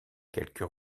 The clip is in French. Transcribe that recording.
quelques